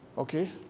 Okay